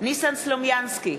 ניסן סלומינסקי,